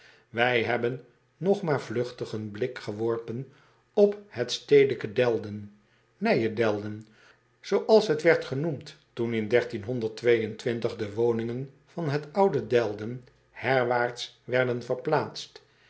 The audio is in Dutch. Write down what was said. ij hebben nog maar vlugtig een blik geworpen op het stedeke e l d e n i j e e l d e n zooals het werd genoemd toen in de woningen van het oude elden herwaarts werden verplaatst